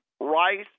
rice